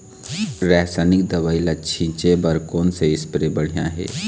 रासायनिक दवई ला छिचे बर कोन से स्प्रे बढ़िया हे?